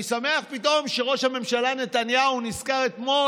אני שמח שפתאום ראש הממשלה נתניהו נזכר אתמול,